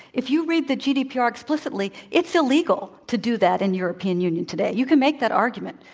if you read the gdpr explicitly, it's illegal to do that in european union today. you can make that argument.